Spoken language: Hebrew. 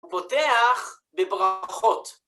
פותח בברכות.